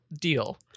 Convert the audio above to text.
deal